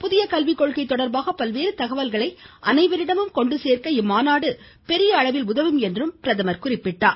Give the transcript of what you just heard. புதிய கல்விக் கொள்கை தொடர்பாக பல்வேறு தகவல்களை அனைவரிடமும் கொண்டு சேர்க்க இம்மாநாடு பெரிய அளவில் உதவும் என்றும் குறிப்பிட்டார்